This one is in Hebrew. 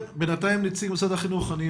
בסגר השני עבדנו רק ברמה של קבלת נתונים ולכן